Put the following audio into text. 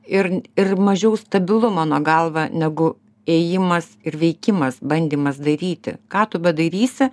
ir ir mažiau stabilu mano galva negu ėjimas ir veikimas bandymas daryti ką tu bedarysi